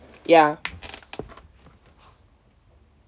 ya